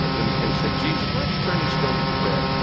like when they said, jesus, why don't you turn these stones to bread?